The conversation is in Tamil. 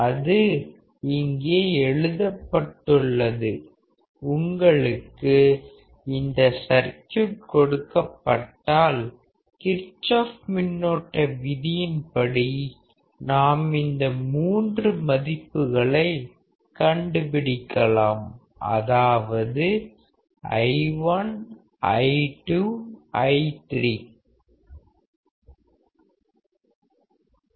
அது இங்கே எழுதப்பட்டுள்ளது உங்களுக்கு இந்த சர்க்யூட் கொடுக்கப்பட்டால் கிர்ச்சோஃப் மின்னோட்ட விதியின்படி நாம் இந்த மூன்று மதிப்புகளைக் கண்டுபிடிக்கலாம் அதாவது i1 i2 i3